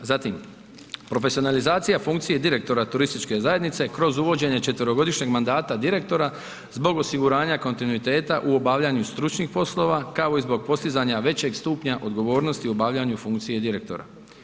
Zatim, profesionalizacija funkcije direktora turističke zajednice kroz uvođenje 4-godišnjeg mandata direktora zbog osiguranja kontinuiteta u obavljanju stručnih poslova, kao i zbog postizanja većeg stupnja odgovornosti u obavljanju funkcije direktora.